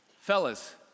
Fellas